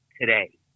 today